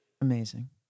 Amazing